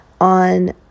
on